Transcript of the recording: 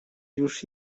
już